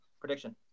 prediction